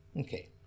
okay